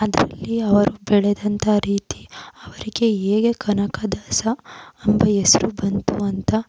ಅದರಲ್ಲಿ ಅವರು ಬೆಳೆದಂಥ ರೀತಿ ಅವರಿಗೆ ಹೇಗೆ ಕನಕದಾಸ ಎಂಬ ಹೆಸರು ಬಂತು ಅಂತ